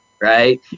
right